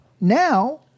Now